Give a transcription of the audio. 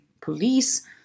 police